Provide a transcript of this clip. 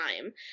time